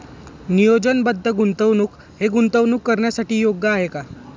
नियोजनबद्ध गुंतवणूक हे गुंतवणूक करण्यासाठी योग्य आहे का?